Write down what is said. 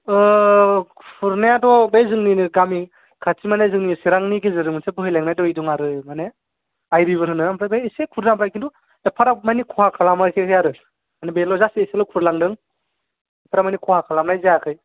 ओ खुरनायाथ' बे जोंनिनो गामि खाथि माने जोंनि चिरांनि गेजेरजों मोनसे बोहैलांनाय दै दं आरो माने आइ रिबार होनो ओमफ्राय बे एसे खुरदों ओमफ्राय खिन्थु एफाग्राब मानि खहा खालामाखै आरो माने बेनो जास्ट एसेल' खुरलांदों एफाग्राब मानि खहा खालामनाय जायाखै